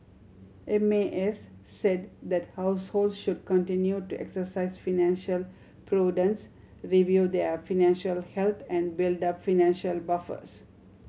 M A S said that households should continue to exercise financial prudence review their financial health and build up financial buffers